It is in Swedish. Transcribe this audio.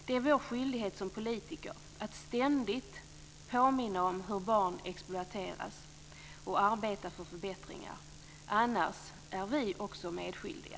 Det är vår skyldighet som politiker att ständigt påminna om hur barn exploateras och att arbeta för förbättringar. Annars är vi också medskyldiga.